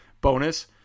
bonus